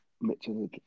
Mitchell